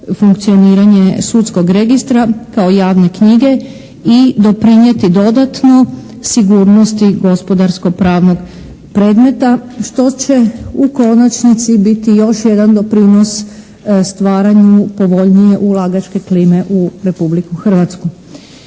funkcioniranje sudskog registra kao javne knjige i doprinijeti dodatno sigurnosti gospodarsko-pravnog predmeta što će u konačnici biti još jedan doprinos stvaranju povoljnije ulagačke klime u Republiku Hrvatsku.